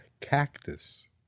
cactus